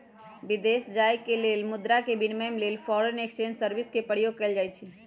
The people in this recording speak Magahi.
विदेश जाय के लेल मुद्रा के विनिमय लेल फॉरेन एक्सचेंज सर्विस के प्रयोग कएल जाइ छइ